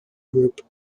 group